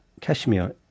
cashmere